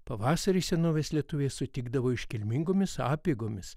pavasarį senovės lietuviai sutikdavo iškilmingomis apeigomis